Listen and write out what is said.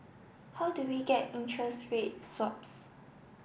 how do we get interest rate swaps